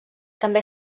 també